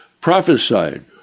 Prophesied